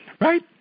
right